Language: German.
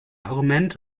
argument